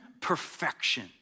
perfection